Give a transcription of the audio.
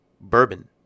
bourbon